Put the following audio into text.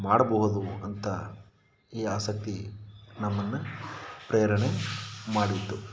ಮಾಡಬಹುದು ಅಂತ ಈ ಆಸಕ್ತಿ ನಮ್ಮನ್ನು ಪ್ರೇರಣೆ ಮಾಡಿತ್ತು